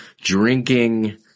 drinking